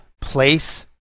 place